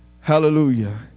Hallelujah